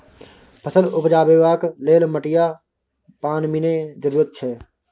फसल उपजेबाक लेल माटि आ पानि मेन जरुरत छै